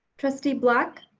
trustee black.